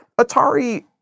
Atari